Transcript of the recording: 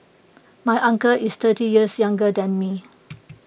my uncle is thirty years younger than me